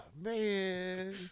man